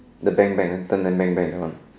the bang bang then turn then bang bang that one